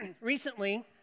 Recently